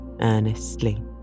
earnestly